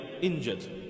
injured